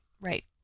right